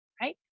right